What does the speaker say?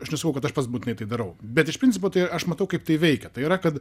aš nesakau kad aš pats būtinai tai darau bet iš principo tai aš matau kaip tai veikia tai yra kad